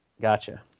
Gotcha